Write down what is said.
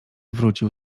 wrócił